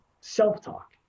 self-talk